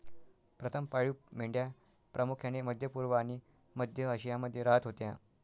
प्रथम पाळीव मेंढ्या प्रामुख्याने मध्य पूर्व आणि मध्य आशियामध्ये राहत होत्या